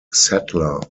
settler